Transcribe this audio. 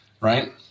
right